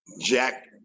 Jack